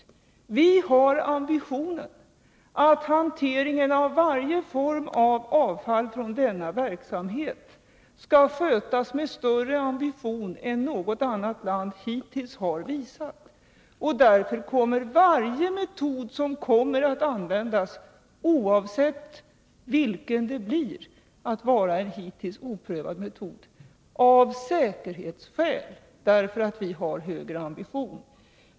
Det är vår avsikt att hanteringen av varje form av avfall från denna verksamhet skall skötas med högre ambition än något annat land hittills har visat. Därför kommer varje metod, oavsett vilken metod det blir fråga om, att vara en hittills oprövad metod — av säkerhetsskäl, därför att vi har en högre ambition.